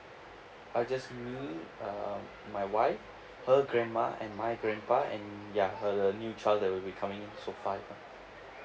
I just me uh my wife her grandma and my grandpa and ya her the new child that will be coming so five lah